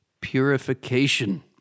purification